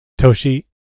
Toshi